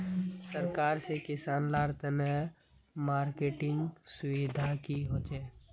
सरकार से किसान लार तने मार्केटिंग सुविधा की होचे?